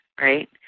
right